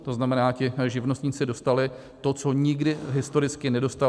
To znamená, ti živnostníci dostali to, co nikdy historicky nedostali.